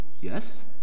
yes